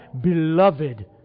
beloved